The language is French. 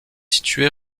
situé